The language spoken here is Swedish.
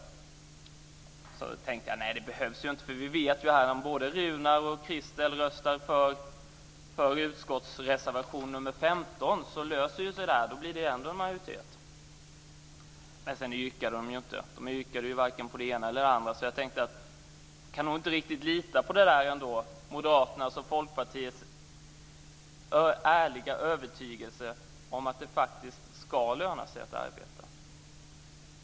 Men sedan sade jag mig: Nej, det behövs inte för vi vet ju att om både Runar och Christel röstar för utskottsreservation nr 15 så löser sig det här. Då blir det ändå en majoritet. Men sedan yrkade de inte. De yrkade varken på det ena eller det andra, så jag tänkte att man nog inte riktigt kan lita på Moderaternas och Folkpartiets ärliga övertygelse om att det faktiskt ska löna sig att arbeta.